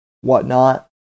whatnot